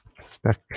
spec